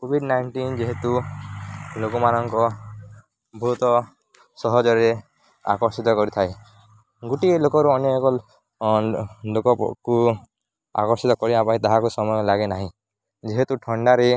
Covid nineteen ଯେହେତୁ ଲୋକମାନଙ୍କ ବହୁତ ସହଜରେ ଆକର୍ଷିତ କରିଥାଏ ଗୋଟିଏ ଲୋକରୁ ଅନ୍ୟ ଏକ ଲୋକକୁ ଆକର୍ଷିତ କରିବା ପାଇଁ ତାହାକୁ ସମୟ ଲାଗେ ନାହିଁ ଯେହେତୁ ଥଣ୍ଡାରେ